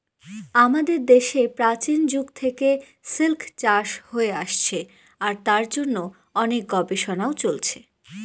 আমাদের দেশে প্রাচীন যুগ থেকে সিল্ক চাষ হয়ে আসছে আর তার জন্য অনেক গবেষণাও চলছে